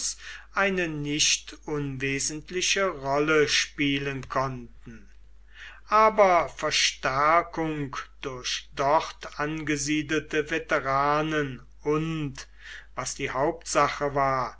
eine nicht unwesentliche rolle spielen konnten aber verstärkung durch dort angesiedelte veteranen und was die hauptsache war